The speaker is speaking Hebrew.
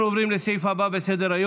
אנחנו עוברים לסעיף הבא בסדר-היום,